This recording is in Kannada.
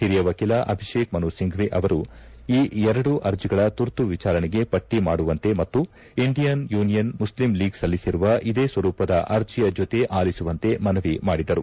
ಓರಿಯ ವಕೀಲ ಅಭಿಷೇಕ್ ಮನು ಸಿಂಫ್ಷಿ ಅವರು ಈ ಎರಡು ಅರ್ಜಿಗಳ ತುರ್ತು ವಿಚಾರಣೆಗೆ ಪಟ್ಟಿ ಮಾಡುವಂತೆ ಮತ್ತು ಇಂಡಿಯನ್ ಯುನಿಯನ್ ಮುಸ್ಲಿಂ ಲೀಗ್ ಸಲ್ಲಿಸಿರುವ ಇದೇ ಸ್ವರೂಪದ ಆರ್ಜಿಯ ಜೊತೆ ಆಲಿಸುವಂತೆ ಮನವಿ ಮಾಡಿದರು